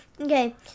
Okay